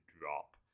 drop